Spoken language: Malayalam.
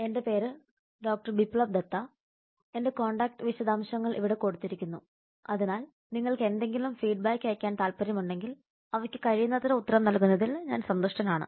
എന്റെ പേര് ഡോ ബിപ്ലബ് ദത്ത എന്റെ കോൺടാക്റ്റ് വിശദാംശങ്ങൾ ഇവിടെ കൊടുത്തിരിക്കുന്നു അതിനാൽ നിങ്ങൾക്ക് എന്തെങ്കിലും ഫീഡ്ബാക്ക് അയയ്ക്കാൻ താൽപ്പര്യമുണ്ടെങ്കിൽ അവയ്ക്ക് കഴിയുന്നത്ര ഉത്തരം നൽകുന്നതിൽ ഞാൻ സന്തുഷ്ടനാണ്